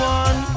one